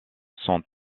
sont